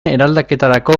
eraldaketarako